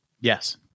Yes